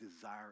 desire